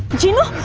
genie.